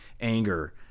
anger